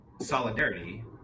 solidarity